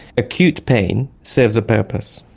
acute pain serves a purpose,